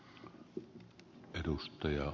herra puhemies